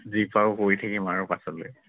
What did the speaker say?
যি পাৰো কৰি থাকিম আৰু পাছলৈ